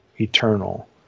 eternal